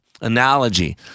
analogy